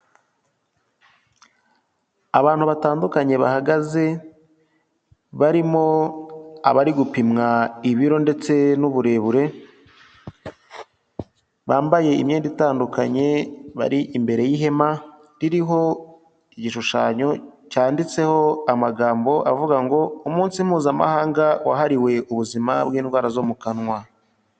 Abantu batandukanye bahagaze barimo abari gupimwa ibiro ndetse n'uburebure, bambaye imyenda itandukanye, bari imbere y'ihema ririho igishushanyo cyanditseho amagambo avuga ngo "umunsi mpuzamahanga wahariwe ubuzima bw'indwara zo mu kanwa."